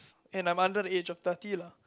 and I'm under the age of thirty lah